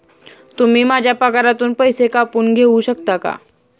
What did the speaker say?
तुम्ही माझ्या पगारातून पैसे कापून घेऊ शकता का?